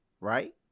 right